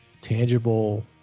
tangible